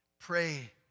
Pray